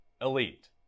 elite